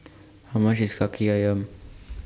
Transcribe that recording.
How much IS Kaki Ayam